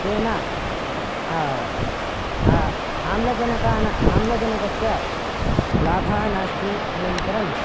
तेन आम्लजनकानाम् आम्लजनकस्य लाभाः नास्ति अनन्तरम्